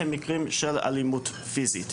הם מקרים של אלימות פיסית.